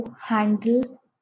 handle